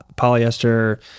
polyester